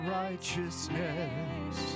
righteousness